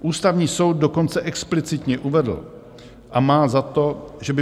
Ústavní soud dokonce explicitně uvedl a má za to, že by